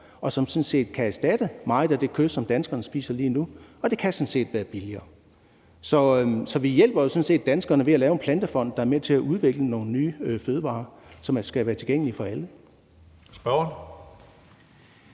og som kan erstatte meget af det kød, som danskerne spiser lige nu, og det kan godt være billigere. Så vi hjælper jo sådan set danskerne ved at lave en Plantefond, der er med til at støtte udviklingen af nye fødevarer, som skal være tilgængelige for alle.